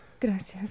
Gracias